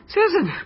Susan